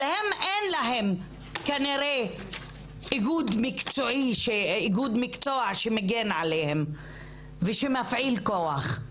אבל הם אין להם כנראה איגוד מקצועי שמגן עליהם ושמפעיל כוח.